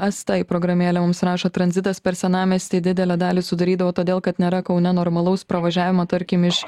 asta į programėlę mums rašo tranzitas per senamiestį didelę dalį sudarydavo todėl kad nėra kaune normalaus pravažiavimo tarkim iš